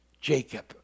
Jacob